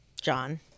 John